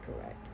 correct